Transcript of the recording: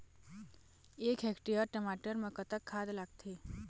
एक हेक्टेयर टमाटर म कतक खाद लागथे?